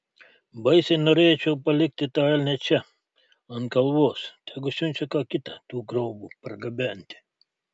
baisiai norėčiau palikti tą elnią čia ant kalvos tegu siunčia ką kitą tų grobų pargabenti